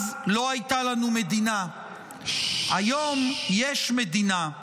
אז לא הייתה לנו מדינה, היום יש מדינה,